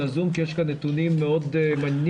הזום כי יש כאן נתונים מאוד מעניינים.